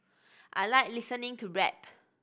I like listening to rap